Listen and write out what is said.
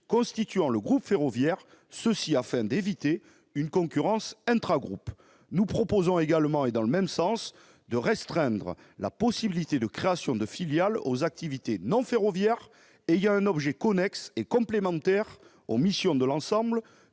constituant le groupe ferroviaire, afin d'éviter une concurrenceintragroupe. Nous proposons également, dans le même sens, de restreindre la faculté de création de filiales aux activités non ferroviaires ayant un objet connexe et complémentaire aux missions de l'ensemble